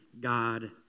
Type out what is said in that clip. God